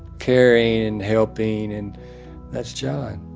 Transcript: caring and helping and that's john